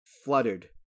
fluttered